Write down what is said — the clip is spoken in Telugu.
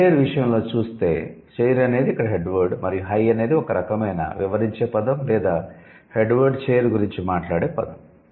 ' హై చెయిర్' విషయంలో చూస్తే 'చెయిర్' అనేది ఇక్కడ 'హెడ్ వర్డ్' మరియు 'హై' అనేది ఒక రకమైన వివరించే పదం లేదా హెడ్ వర్డ్ 'చెయిర్' గురించి మాట్లాడే పదం